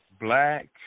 black